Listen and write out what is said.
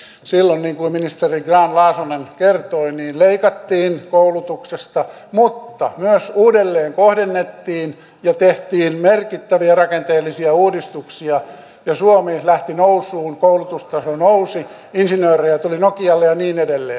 silloin niin kuin ministeri grahn laasonen kertoi leikattiin koulutuksesta mutta myös uudelleen kohdennettiin ja tehtiin merkittäviä rakenteellisia uudistuksia ja suomi lähti nousuun koulutustaso nousi insinöörejä tuli nokialle ja niin edelleen